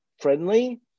friendly